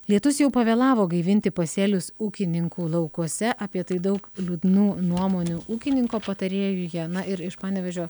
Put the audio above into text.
lietus jau pavėlavo gaivinti pasėlius ūkininkų laukuose apie tai daug liūdnų nuomonių ūkininko patarėjuje na ir iš panevėžio